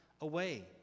away